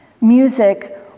Music